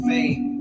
Fame